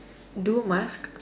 don't mask